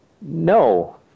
no